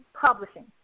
Publishing